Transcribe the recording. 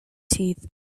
teeth